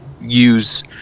use